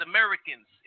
Americans